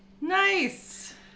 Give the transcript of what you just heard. Nice